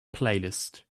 playlist